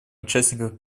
участников